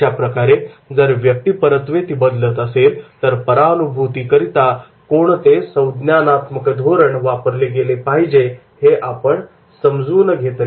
अशाप्रकारे जर व्यक्तिपरत्वे ती बदलत असेल तर परानुभूतीकरिता कोणते योग्य संज्ञानात्मक धोरण वापरले गेले पाहिजे हे आपण समजून घ्यावे